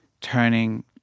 turning